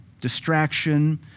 distraction